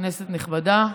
כנסת נכבדה,